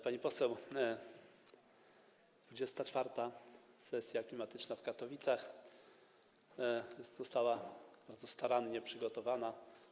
Pani poseł, 24. sesja klimatyczna w Katowicach została bardzo starannie przygotowana.